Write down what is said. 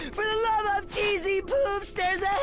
for the love of cheezy poofs, there's